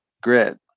grid